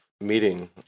meeting